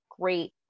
great